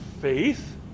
faith